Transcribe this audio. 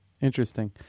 Interesting